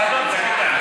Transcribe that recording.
על מה ההצבעה?